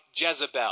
Jezebel